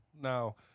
Now